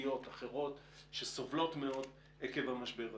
חברתיות ואחרות שסובלות מאוד עקב המשבר הזה.